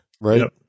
right